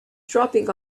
dropping